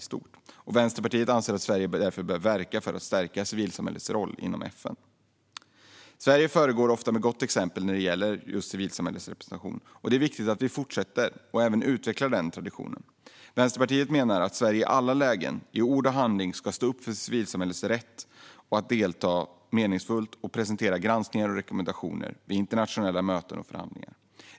Därför anser Vänsterpartiet att Sverige bör verka för att stärka civilsamhällets roll inom FN. Sverige föregår ofta med gott exempel när det gäller civilsamhällesrepresentation. Det är viktigt att vi fortsätter och även utvecklar den traditionen. Vänsterpartiet menar att Sverige i alla lägen i ord och handling ska stå upp för civilsamhällets rätt att delta meningsfullt och presentera granskningar och rekommendationer vid internationella möten och förhandlingar.